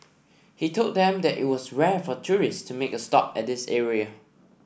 he told them that it was rare for tourists to make a stop at this area